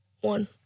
one